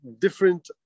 different